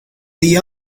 the